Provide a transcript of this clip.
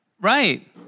right